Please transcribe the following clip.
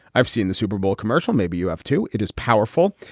i've seen the super bowl commercial. maybe you have to. it is powerful.